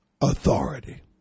Authority